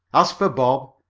as for bob,